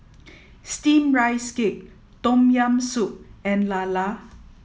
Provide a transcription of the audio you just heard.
steamed rice cake Tom Yam Soup and Lala